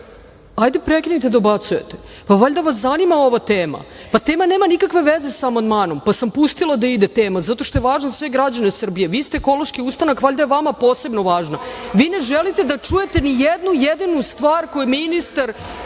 Prekinite da dobacujete. Valjda vas zanima ova tema. Tema nema nikakve veze sa amandmanom, pa sam pustila da ide tema, zato što je za sve građane Srbije. Vi ste „Ekološki ustanak“ valjda je vama posebno važna. Vi ne želite da čujete ni jedinu stvar koju resorni